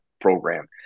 program